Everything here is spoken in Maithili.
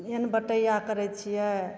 खेत बटैआ करै छिए